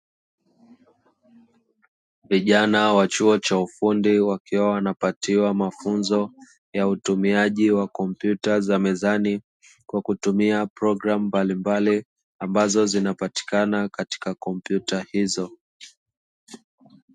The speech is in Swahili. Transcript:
Vijana wa chuo cha ufundi wakiwa wanapatiwa mafunzo ya utumiaji wa kompyuta za mezani, kwa kutumia programu mbalimbali ambazo zinapatikana katika kompyuta hizo.